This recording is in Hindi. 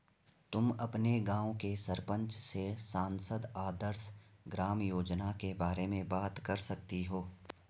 तुम अपने गाँव के सरपंच से सांसद आदर्श ग्राम योजना के बारे में बात कर सकती हो